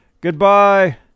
goodbye